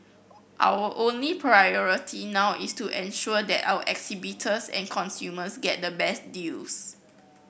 our only priority now is to ensure that our exhibitors and consumers get the best deals